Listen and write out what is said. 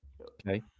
Okay